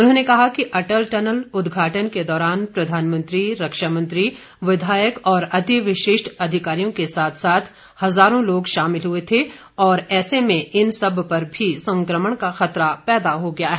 उन्होंने कहा कि अटल टनल उद्घाटन के दौरान प्रधानमंत्री रक्षा मंत्री विधायक और अति विशिष्ठ अधिकारियों के साथ साथ हजारों लोग शामिल हुए थे और ऐसे में इन सब पर भी संक्रमण का खतरा पैदा हो गया है